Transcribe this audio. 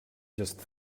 just